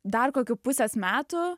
dar kokių pusės metų